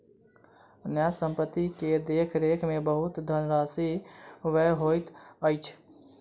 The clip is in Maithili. न्यास संपत्ति के देख रेख में बहुत धनराशि व्यय होइत अछि